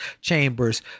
chambers